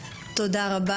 תודה.